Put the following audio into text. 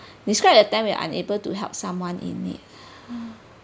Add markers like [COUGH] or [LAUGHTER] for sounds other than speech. describe a time when unable to help someone in need [NOISE]